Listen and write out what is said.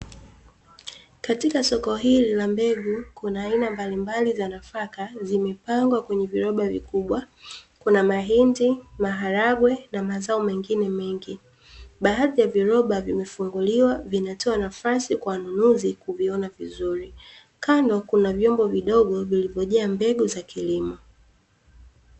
Katika soko hili la mbegu kuna aina mbalimbali za nafaka zimepangwa kwenye viroba vikubwa, kuna: mahindi, maharagwe na mazao mengine mengi. Bbaadhi ya viroba vimefunguliwa, vinatoa nafasi kwa wanunuzi kuviona vizuri. Kando kuna vyombo vidogo zilizojaa mbegu za kilimo.